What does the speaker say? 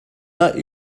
not